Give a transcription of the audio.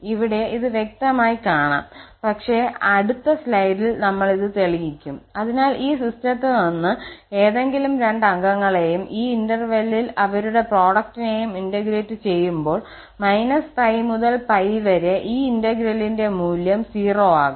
ഇവിടെ ഇത് വ്യക്തമായി കാണാം പക്ഷേ അടുത്ത സ്ലൈഡിൽനമ്മൾ ഇത് തെളിയിക്കും അതിനാൽ ഈ സിസ്റ്റത്തിൽ നിന്ന് ഏതെങ്കിലും രണ്ട് അംഗങ്ങളെയും ഈ ഇന്റർവെലിൽ അവരുടെ പ്രൊഡക്ടിനെയും ഇന്റഗ്രേറ്റ് ചെയ്യുമ്പോൾ 𝜋 മുതൽ 𝜋 വരെ ഈ ഇന്റെഗ്രേലിന്റെ മൂല്യം 0 ആകും